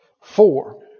four